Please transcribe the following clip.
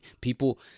People